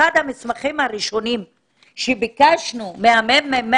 אחד המסמכים הראשונים שביקשנו מהמ.מ.מ.